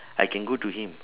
I can go to him